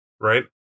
right